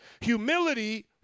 Humility